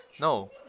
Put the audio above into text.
No